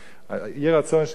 יהי רצון שנזכה באמת